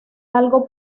algo